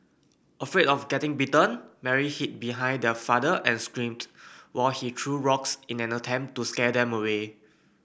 afraid of getting bitten Mary hid behind their father and screamed while he threw rocks in an attempt to scare them away